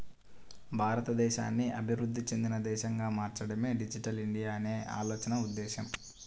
భారతదేశాన్ని అభివృద్ధి చెందిన దేశంగా మార్చడమే డిజిటల్ ఇండియా అనే ఆలోచన ఉద్దేశ్యం